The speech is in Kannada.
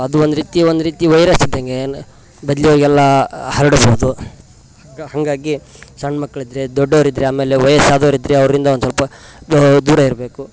ಅದು ಒಂದು ರೀತಿ ಒಂದು ರೀತಿ ವೈರಸ್ ಇದ್ದಂಗೆ ಬದಲಿಯವ್ರಿಗೆಲ್ಲಾ ಹರಡ್ಬೋದು ಗ ಹಾಗಾಗಿ ಸಣ್ಣ ಮಕ್ಕಳಿದ್ರೆ ದೊಡ್ಡೋರಿದ್ದರೆ ಆಮೇಲೆ ವಯಸ್ಸಾದೋರಿದ್ದರೆ ಅವರಿಂದ ಒಂದುಸ್ವಲ್ಪ ದೂರ ಇರಬೇಕು